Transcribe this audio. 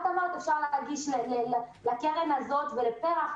את אמרת שאפשר להגיש לקרן הזו ולפר"ח,